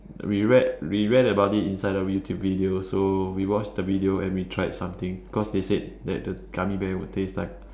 we read we read about it inside a YouTube video so we watched the video and we tried something cause they said that the gummy bear will taste like